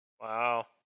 Wow